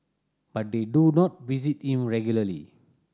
but they do not visit him regularly